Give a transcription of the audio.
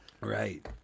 Right